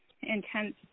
intense